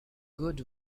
good